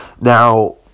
Now